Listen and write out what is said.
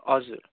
हजुर